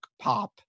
pop